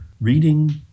reading